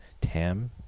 Tam